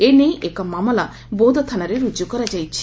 ଏନେଇ ଏକ ମାମଲା ବୌଦ୍ଧ ଥାନାରେ ରୁଜୁ କରାଯାଇଛି